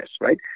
right